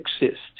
exist